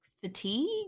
fatigue